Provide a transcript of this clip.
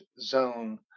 zone